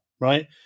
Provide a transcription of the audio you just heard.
right